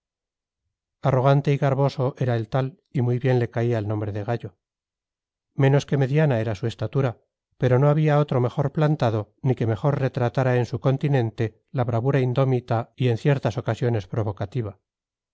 arrogante y garboso era el tal y muy bien le caía el nombre de gallo menos que mediana era su estatura pero no había otro mejor plantado ni que mejor retratara en su continente la bravura indómita y en ciertas ocasiones provocativa